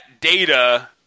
data